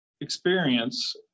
experience